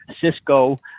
Cisco